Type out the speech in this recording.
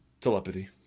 telepathy